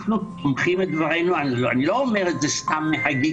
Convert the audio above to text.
אנחנו סומכים את דברינו על אני לא אומר את זה סתם מהגיגים.